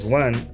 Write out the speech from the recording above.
one